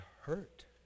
hurt